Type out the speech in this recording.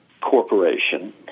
corporation